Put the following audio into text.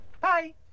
Bye